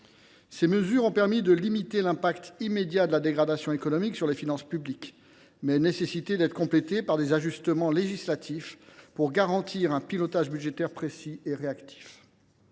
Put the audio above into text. Ces mesures ont permis de limiter les effets immédiats de la dégradation économique sur les finances publiques, mais elles nécessitaient d’être complétées par un certain nombre d’ajustements législatifs pour assurer un pilotage budgétaire précis et réactif.